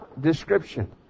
description